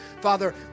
Father